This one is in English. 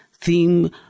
theme